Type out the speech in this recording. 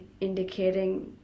indicating